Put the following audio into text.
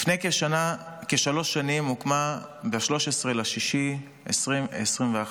לפני כשלוש שנים הוקמה ב-13 ביוני 2021,